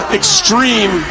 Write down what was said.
extreme